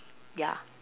ya